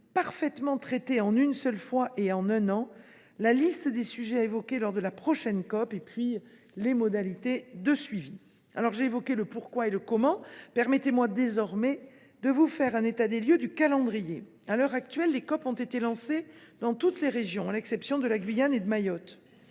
parfaitement traités en une seule fois et en un an, la liste des sujets à évoquer lors de la prochaine COP et les modalités de suivi devront en émerger. J’ai évoqué le pourquoi et le comment ; permettez moi désormais de vous faire un état des lieux du calendrier. À l’heure actuelle, les COP ont été lancées dans toutes les régions, à l’exception de la Guyane et de Mayotte,